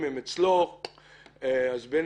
ולכן